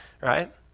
right